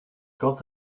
quand